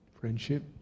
friendship